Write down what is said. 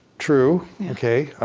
true, okay,